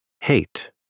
Hate